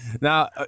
Now